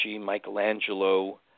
Michelangelo